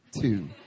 two